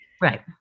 right